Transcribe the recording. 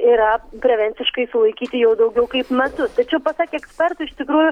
yra prevenciškai sulaikyti jau daugiau kaip metus tačiau pasak ekspertų iš tikrųjų